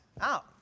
out